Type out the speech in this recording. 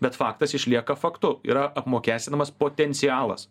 bet faktas išlieka faktu yra apmokestinamas potencialas